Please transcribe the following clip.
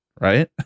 right